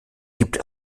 gibt